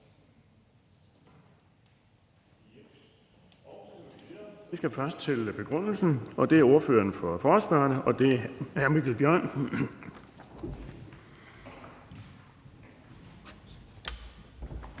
Vi skal først have begrundelsen, og det er fra ordføreren for forespørgerne, hr. Mikkel Bjørn. Kl.